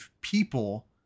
people